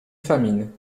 famine